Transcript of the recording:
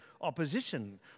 opposition